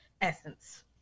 essence